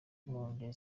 ngeri